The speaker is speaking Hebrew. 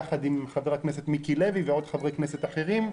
יחד עם חברת הכנסת מיקי לוי ועוד חברי כנסת התקבלה,